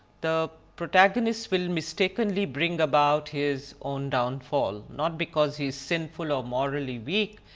the protagonist will mistakenly bring about his own downfall not because he's sinful or morally weak,